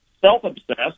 self-obsessed